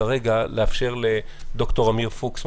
הייתי רוצה לאפשר לד"ר עמיר פוקס,